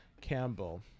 Campbell